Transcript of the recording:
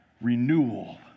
renewal